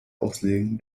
auslegen